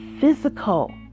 physical